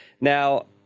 Now